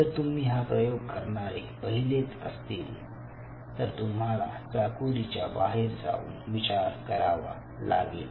जर तुम्ही हा प्रयोग करणारे पहिलेच असतील तर तुम्हाला चाकोरीच्या बाहेर जाऊन विचार करावा लागेल